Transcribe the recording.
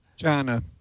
China